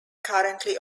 currently